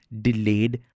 delayed